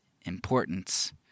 importance